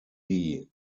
die